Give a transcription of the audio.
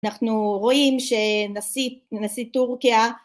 אנחנו רואים שנשיא טורקיה